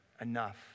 enough